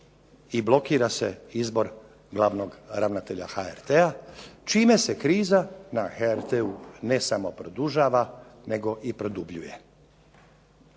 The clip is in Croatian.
i blokira se izbor glavnog ravnatelja HRT-a čime se kriza na HRT-u ne samo produžava nego i produbljuje.